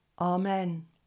Amen